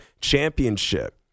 championship